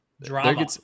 drama